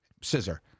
scissor